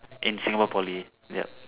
in Singapore Poly ya